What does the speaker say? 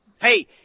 Hey